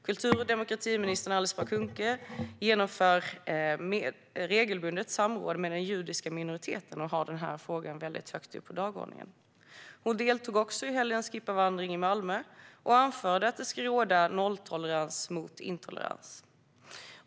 Kultur och demokratiminister Alice Bah Kuhnke genomför regelbundet samråd med den judiska minoriteten och har den här frågan mycket högt upp på dagordningen. Hon deltog också i helgens kippavandring i Malmö och anförde att det ska råda nolltolerans mot intolerans.